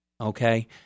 Okay